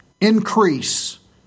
Increase